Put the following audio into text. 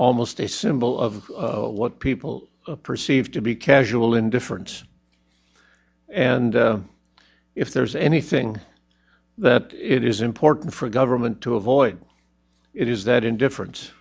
almost a symbol of what people perceive to be casual indifference and if there's anything that it is important for government to avoid it is that indifferen